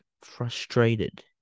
frustrated